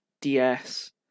DS